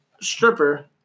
stripper